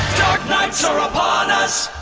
dark nights are upon us!